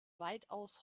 weitaus